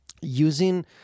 using